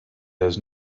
has